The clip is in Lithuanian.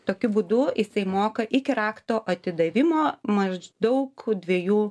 tokiu būdu jisai moka iki rakto atidavimo maždaug dvejų